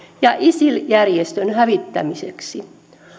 ja isil järjestön hävittämiseksi